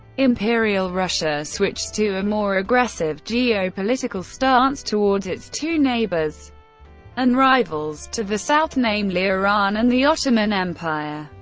imperial russia switched to a more aggressive geo-political stance towards its two neighbors and rivals to the south, namely iran and the ottoman empire.